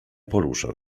poruszał